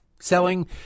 selling